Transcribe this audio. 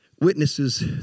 witnesses